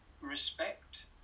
respect